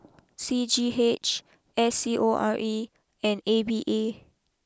C G H S C O R E and A V A